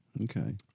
okay